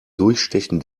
durchstechen